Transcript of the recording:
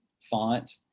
font